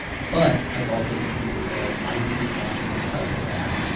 but i've also seen people say i didn't watch it because of that,